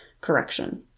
correction